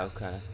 Okay